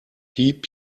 piep